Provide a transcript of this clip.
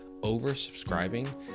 oversubscribing